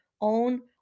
own